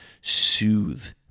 soothe